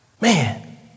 Man